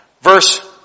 Verse